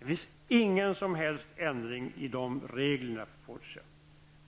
Det finns ingen som helst ändring i reglerna för Fortia.